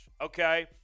okay